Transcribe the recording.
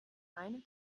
ein